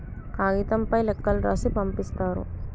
కాగితంపై లేఖలు రాసి పంపిస్తారు